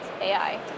AI